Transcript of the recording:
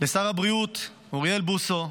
לשר הבריאות אוריאל בוסו,